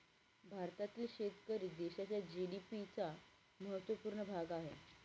भारतातील शेतकरी देशाच्या जी.डी.पी चा महत्वपूर्ण भाग आहे